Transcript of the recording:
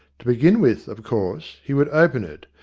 to begin with, of course, he would open it,